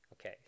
Okay